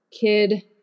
kid